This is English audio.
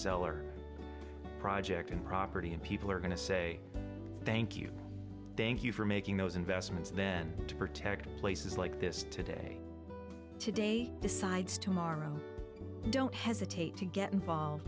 cell or project in property and people are going to say thank you thank you for making those investments and then to protect places like this today today besides tomorrow don't hesitate to get involved